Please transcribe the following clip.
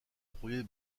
premier